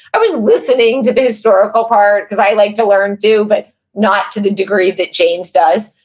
i was listening to the historical part, because i like to learn too, but not to the degree that james does.